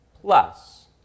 Plus